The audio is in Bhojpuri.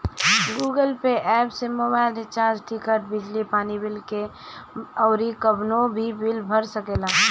गूगल पे एप्प से मोबाईल रिचार्ज, टिकट, बिजली पानी के बिल अउरी कवनो भी बिल भर सकेला